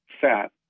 fat